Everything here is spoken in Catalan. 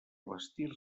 vestir